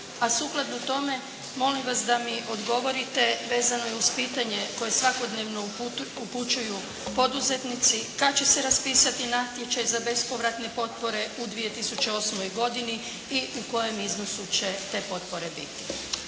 a sukladno tome molim vas da mi odgovorite vezano je uz pitanje koje svakodnevno upućuju poduzetnici kad će se raspisati natječaj za bespovratne potpore u 2008. godini i u kojem iznosu će te potpore biti.